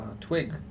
twig